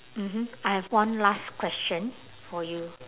mmhmm I have one last question for you